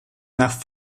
nach